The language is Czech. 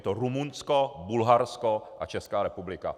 Je to Rumunsko, Bulharsko a Česká republika.